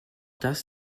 das